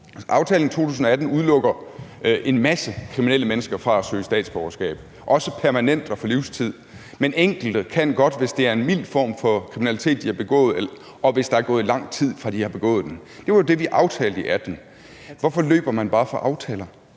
Aftalen fra 2018 udelukker en masse kriminelle mennesker fra at søge statsborgerskab, også permanent og for livstid, men enkelte kan godt, hvis det er en mild form for kriminalitet, de har begået, og hvis der er gået lang tid, fra de har begået den. Det var det, vi aftalte i 2018. Hvorfor løber man bare fra aftaler?